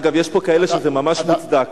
יש פה כאלה שזה ממש מוצדק.